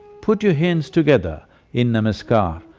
put your hands together in namaskar,